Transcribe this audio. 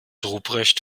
ruprecht